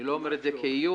אני לא אומר את זה כאיום.